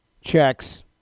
checks